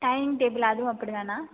dining table அதுவும் அப்படி தானா